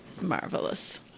Marvelous